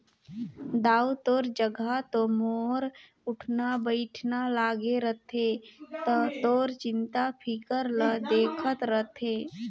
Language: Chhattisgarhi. दाऊ तोर जघा तो मोर उठना बइठना लागे रथे त तोर चिंता फिकर ल देखत रथें